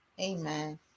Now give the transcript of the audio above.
Amen